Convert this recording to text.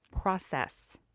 process